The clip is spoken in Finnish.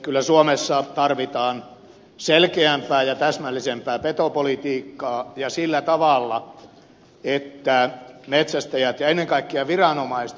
kyllä suomessa tarvitaan selkeämpää ja täsmällisempää petopolitiikkaa ja sillä tavalla että metsästäjät ja ennen kaikkea viranomaiset yhteistyössä hoitavat sen